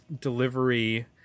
delivery